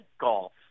golf